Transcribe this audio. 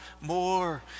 more